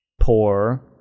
poor